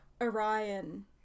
Orion